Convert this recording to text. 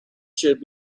should